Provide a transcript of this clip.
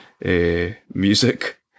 music